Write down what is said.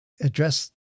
Address